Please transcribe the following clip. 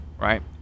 right